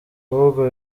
ahubwo